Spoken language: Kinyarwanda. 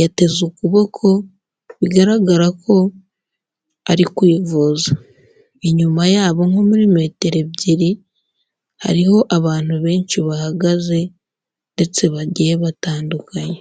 yateze ukuboko bigaragara ko ari kwivuza, inyuma yabo nko muri metero ebyiri hariho abantu benshi bahagaze ndetse bagiye batandukanye.